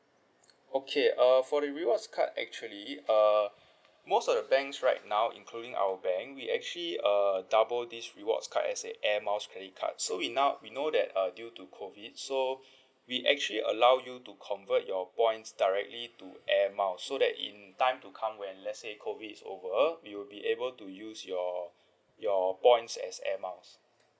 okay uh for the rewards card actually uh most of the banks right now including our bank we actually uh double these rewards card as a air miles credit card so we now we know that uh due to COVID so we actually allow you to convert your points directly to air miles so that in time to come when let's say COVID is over you will be able to use your your points as air miles